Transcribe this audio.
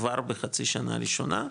כבר בחצי שנה ראשונה,